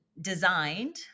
designed